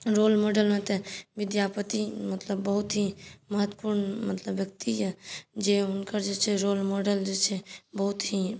role मॉडलमे तऽ विद्यापति मतलब बहुत ही महत्वपूर्ण मतलब व्यक्ति अइ जे हुनकर जे छै रोल मॉडल जे छै बहुत ही